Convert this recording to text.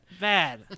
bad